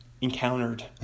encountered